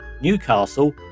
Newcastle